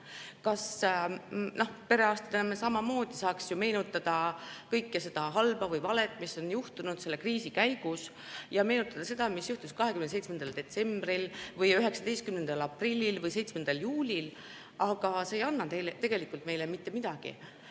Perearstidena me samamoodi saaks ju meenutada kõike seda halba või valet, mis on juhtunud selle kriisi käigus, ja meenutada seda, mis juhtus 27. detsembril, 19. aprillil või 7. juulil. Aga see ei anna meile mitte midagi.